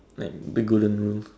like big golden rule